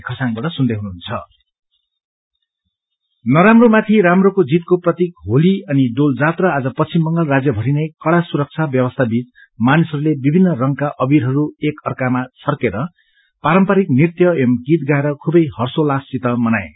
festival Holi नराम्रो माथि राम्रोको जीतको प्रतीक होली अनि डोल जात्रा आज पश्चिम बंगाल राज्य भरीनै कड़ा सुरक्षा व्यवस्था बीच मानिसहरूले विभिन्न रंगका अवीरहरू एक अर्कामा छर्केर पारम्परिक नृत्य एवम् गीत गाएर खुबै हर्षोल्लाषसित मनाए